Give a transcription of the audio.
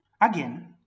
Again